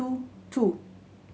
two two